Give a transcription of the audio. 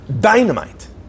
dynamite